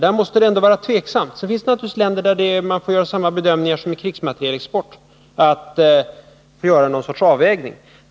Sedan finns det naturligtvis länder beträffande vilka man får göra samma bedömningar som då det gäller krigsmaterielexport och komma fram till någon sorts avvägning.